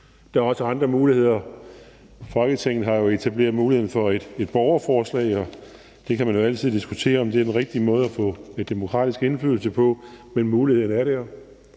Der er også andre muligheder. Folketinget har etableret muligheden for at borgerforslag, og man kan jo altid diskutere, om det er den rigtige måde at få demokratisk indflydelse på, men muligheden er der.